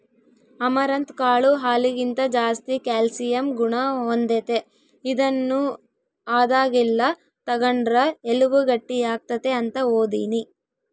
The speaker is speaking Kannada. ಅಮರಂತ್ ಕಾಳು ಹಾಲಿಗಿಂತ ಜಾಸ್ತಿ ಕ್ಯಾಲ್ಸಿಯಂ ಗುಣ ಹೊಂದೆತೆ, ಇದನ್ನು ಆದಾಗೆಲ್ಲ ತಗಂಡ್ರ ಎಲುಬು ಗಟ್ಟಿಯಾಗ್ತತೆ ಅಂತ ಓದೀನಿ